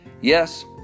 Yes